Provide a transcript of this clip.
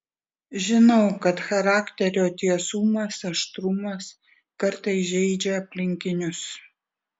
žinau kad charakterio tiesumas aštrumas kartais žeidžia aplinkinius